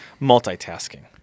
multitasking